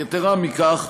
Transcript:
יתרה מכך,